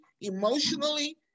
emotionally